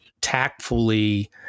tactfully